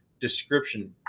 description